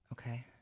Okay